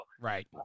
Right